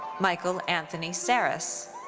michael anthony sarris.